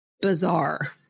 bizarre